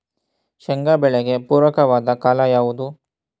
ಶೇಂಗಾ ಬೆಳೆಗೆ ಪೂರಕವಾದ ಕಾಲ ಯಾವುದು?